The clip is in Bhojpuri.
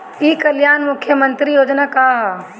ई कल्याण मुख्य्मंत्री योजना का है?